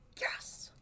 yes